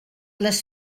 les